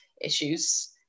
issues